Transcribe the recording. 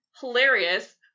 hilarious